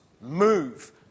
move